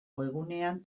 webgunean